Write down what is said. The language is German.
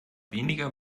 weniger